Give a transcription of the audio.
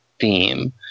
theme